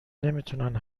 نمیتونن